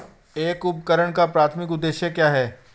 एक उपकरण का प्राथमिक उद्देश्य क्या है?